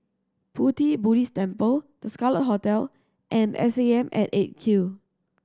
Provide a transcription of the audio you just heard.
Pu Ti Buddhist Temple The Scarlet Hotel and S A M at Eight Q